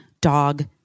dog